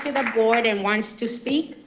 the board and wants to speak?